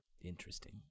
Interesting